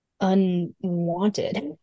unwanted